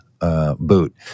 Boot